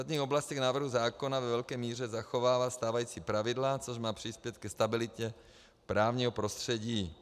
V ostatních oblastech návrhu zákona ve velké míře zachovává stávající pravidla, což má přispět ke stabilitě právního prostředí.